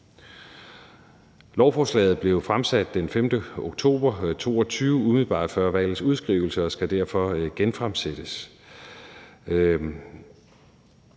Lovforslaget blev jo fremsat den 5. oktober 2022 umiddelbart før valgets udskrivelse, og det skal derfor genfremsættes.